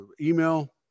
email